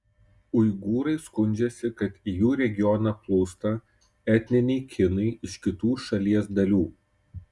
uigūrai skundžiasi kad į jų regioną plūsta etniniai kinai iš kitų šalies dalių